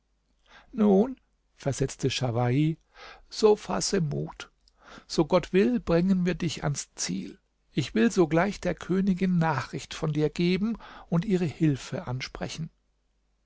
nun versetzte schawahi so fasse mut so gott will bringen wir dich ans ziel ich will sogleich der königin nachricht von dir geben und ihre hilfe ansprechen